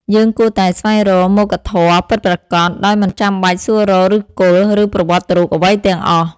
យើងគួរតែស្វែងរកមោក្ខធម៌ពិតប្រាកដ ដោយមិនចាំបាច់សួររកឫសគល់ ឬប្រវត្តិរូបអ្វីទាំងអស់។